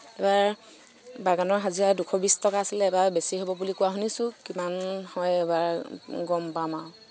এইবাৰ বাগানৰ হাজিৰা দুশ বিছ টকা আছিলে এইবাৰ বেছি হ'ব বুলি কোৱা শুনিছো কিমান হয় এইবাৰ গম পাম আৰু